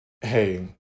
hey